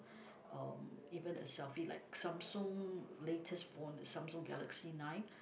uh even a selfie like Samsung latest phone Samsung galaxy nine